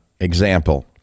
example